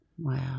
Wow